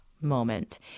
moment